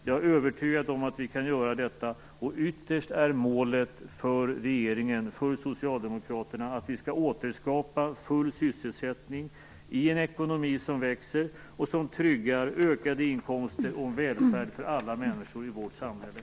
Jag är övertygad om att vi kan göra detta. Ytterst är målet för regeringen, för Socialdemokraterna, att vi skall återskapa full sysselsättning i en ekonomi som växer och som tryggar ökade inkomster och en välfärd för alla människor i vårt samhälle.